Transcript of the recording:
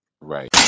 Right